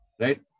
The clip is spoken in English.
right